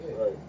Right